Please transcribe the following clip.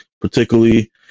particularly